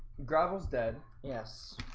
gravel is dead. yes,